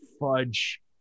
fudge